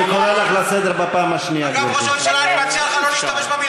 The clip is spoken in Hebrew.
בבקשה, כן.